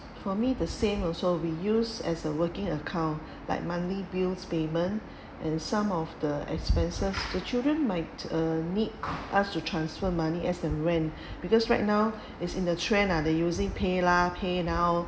for me the same also we use as a working account like monthly bills payment and some of the expenses the children might uh need us to transfer money as a rent because right now is in the trend lah they using PayLah PayNow